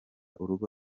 urugo